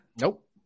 nope